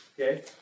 Okay